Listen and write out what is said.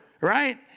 right